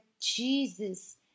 Jesus